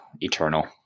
Eternal